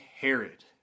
Herod